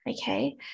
Okay